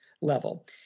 level